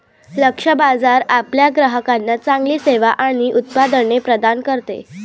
लक्ष्य बाजार आपल्या ग्राहकांना चांगली सेवा आणि उत्पादने प्रदान करते